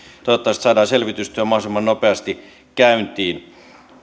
toivottavasti saadaan selvitystyö mahdollisimman nopeasti käyntiin